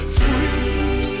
free